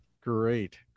great